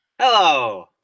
Hello